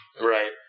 Right